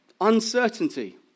uncertainty